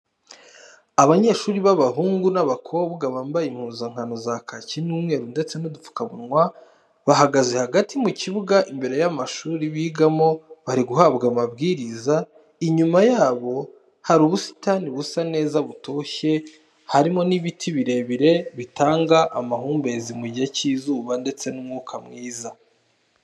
Abanyeshuri b'abahungu n'abakobwa bambaye impuzankano za kaki n'umweru ndetse n'udupfukamunwa, bahagaze hagati mu kibuga imbere y'amashuri bigamo bari guhabwa amabwiriza, inyuma yabo hari ubusitani busa neza butoshye harimo n'ibiti birebire bitanga amahumbezi mu gihe cy'izuba ndetse n'umwuka mwiza.